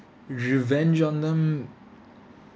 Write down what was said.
revenge on them